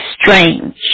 strange